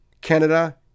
Canada